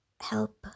help